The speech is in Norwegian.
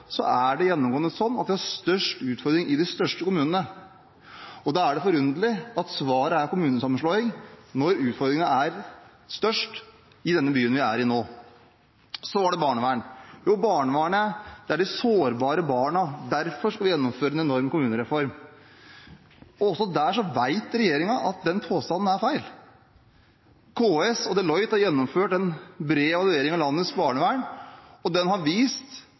er det gjennomgående slik at det er størst utfordringer i de største kommunene. Da er det forunderlig at svaret er kommunesammenslåing, når utfordringene er størst i denne byen vi er i nå. Så var det barnevern: Barnevernet er for de sårbare barna, og derfor skal vi gjennomføre en enorm kommunereform. Også der vet regjeringen at den påstanden er feil. KS og Deloitte har gjennomført en bred evaluering av landets barnevern, og den har vist